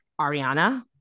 Ariana